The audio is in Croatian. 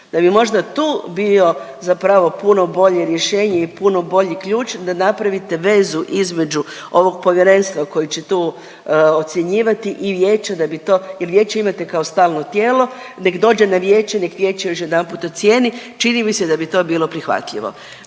da bi možda tu bio zapravo puno bolje rješenje i puno bolji ključ da napravite vezu između ovog povjerenstva koje će tu ocjenjivati i vijeće da bi to jer vijeće imate kao stalno tijelo, nek dođe na vijeće, nek vijeće još jednom ocijeni čini mi se da bi to bilo prihvatljivo.